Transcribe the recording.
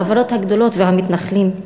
החברות הגדולות והמתנחלים.